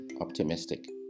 optimistic